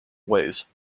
ways